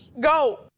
go